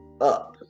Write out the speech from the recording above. up